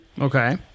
Okay